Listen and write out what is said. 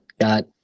got